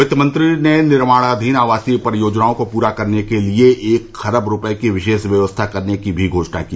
वित्तमंत्री ने निर्माणधीन आवासीय परियोजनाओं को पूरा करने के लिए एक खरब रुपए की विशेष व्यवस्था करने की भी घोषणा की